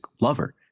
lover